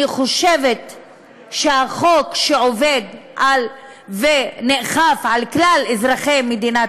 אני חושבת שהחוק שעובד ונאכף על כלל אזרחי מדינת